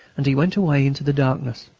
and he went away into the darkness.